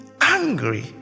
angry